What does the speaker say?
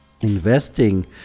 Investing